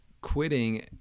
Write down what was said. quitting